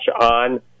on